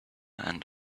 and